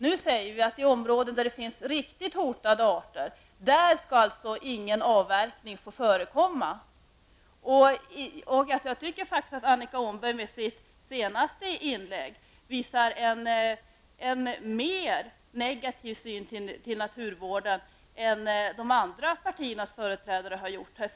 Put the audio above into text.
Nu säger vi att ingen avverkning alls får förekomma i områden där det finns riktigt hotade arter. Jag tycker faktiskt att Annika Åhnberg med sitt senaste inlägg visar en mer negativ syn på naturvården än de andra partiernas företrädare här har gjort.